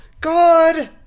God